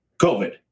COVID